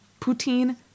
poutine